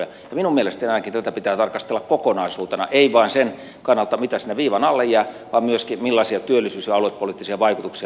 ainakin minun mielestäni tätä pitää tarkastella kokonaisuutena ei vain sen kannalta mitä sinne viivan alle jää vaan myöskin sen kannalta millaisia työllisyys ja aluepoliittisia vaikutuksia näillä yrityksillä on